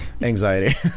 anxiety